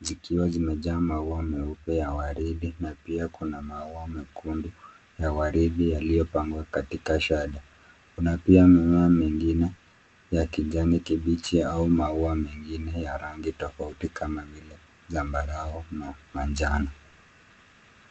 zikiwa zimejaa maua meupe ya waridi na pia kuna maua mekundu ya waridi yaliyopangwa katika shada. Kuna pia maua mengine ya kijani kibichi au maua mengine ya rangi tofauti kama vile zambarau na manjano.